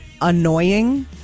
annoying